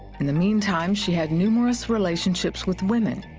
in the meantime, she had numerous relationships with women,